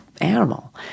animal